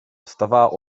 wstawała